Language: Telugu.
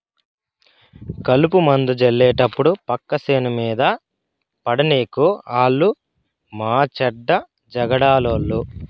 కలుపుమందు జళ్లేటప్పుడు పక్క సేను మీద పడనీకు ఆలు మాచెడ్డ జగడాలోళ్ళు